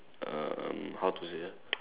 um how to say ah